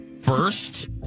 first